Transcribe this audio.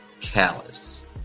callous